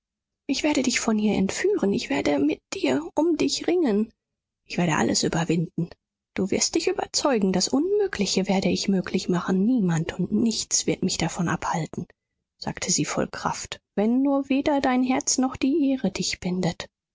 ich werde dich von hier entführen ich werde mit dir um dich ringen ich werde alles überwinden du wirst dich überzeugen das unmögliche werde ich möglich machen niemand und nichts wird mich davon abhalten sagte sie voll kraft wenn nur weder dein herz noch die ehre dich bindet